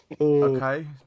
Okay